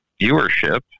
viewership